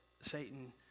Satan